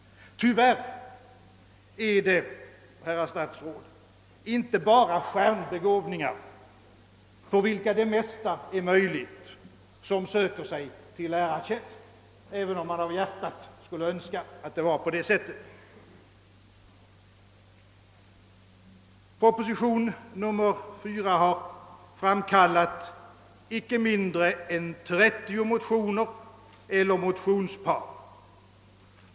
Tyvärr är det, herrar statsråd, inte bara stjärnbegåvningar, för vilka det mesta är möjligt, som söker sig till lärartjänst, även om man av hjärtat skulle önska att det vore på det sättet. Proposition nr 4 har framkallat icke mindre än ett trettiotal motioner eller motionspar.